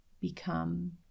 become